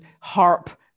harp